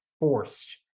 forced